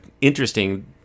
interesting